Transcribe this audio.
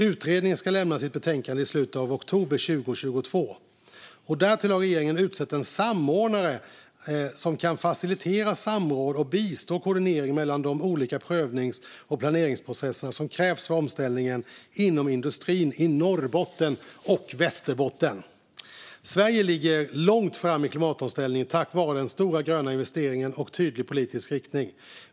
Utredningen ska lämna sitt betänkande i slutet av oktober 2022. Därutöver har regeringen utsett en samordnare som kan facilitera samråd samt bistå med koordinering kopplat till de olika prövnings och planeringsprocesser som krävs för omställningsprojekt inom industrin i Norrbotten och Västerbotten. Sverige ligger långt framme i klimatomställningen, tack vare stora gröna investeringar och en tydlig politisk riktning.